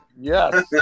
Yes